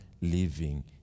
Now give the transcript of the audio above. living